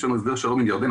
יש לנו הסדר שלום עם ירדן.